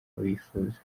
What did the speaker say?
bifuza